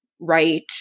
right